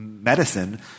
medicine